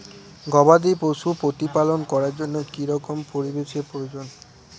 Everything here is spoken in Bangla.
গবাদী পশু প্রতিপালন করার জন্য কি রকম পরিবেশের প্রয়োজন?